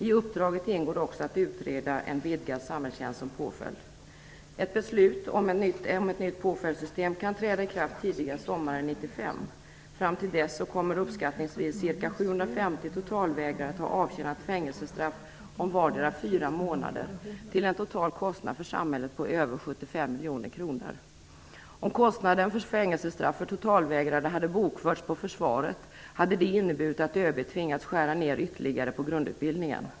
I uppdraget ingår också att utreda en vidgad samhällstjänst som påföljd. Ett beslut om ett nytt påföljdssystem kan träda i kraft tidigast sommaren 1995. Fram till dess kommer uppskattningsvis 750 totalvägrare att ha avtjänat fängelsestraff om vardera fyra månader till en total kostnad för samhället på över 75 miljoner kronor. Om kostnaden för fängelsestraff för totalvägrarna hade bokförts på försvaret, hade det inneburit att ÖB hade tvingats skära ned ytterligare på grundutbildningen.